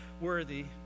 worthy